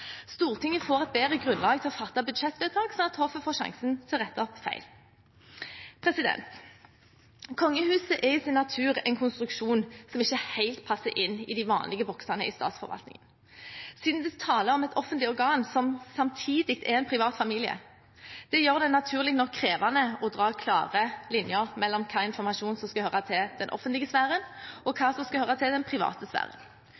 Stortinget får et bedre grunnlag til å fatte budsjettvedtak, og hoffet får sjansen til å rette opp feil. Kongehuset er i sin natur en konstruksjon som ikke helt passer inn i de vanlige boksene i statsforvaltningen. Siden det er tale om et offentlig organ som samtidig er en privat familie, gjør det det naturlig nok krevende å dra klare linjer mellom hva slags informasjon som skal høre til den offentlige sfæren, og hva som skal høre til den private sfæren.